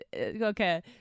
okay